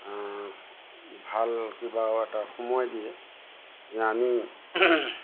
ভাল কিবাও এটা সময় দিয়ে যে আমি